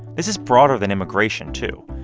this is broader than immigration, too.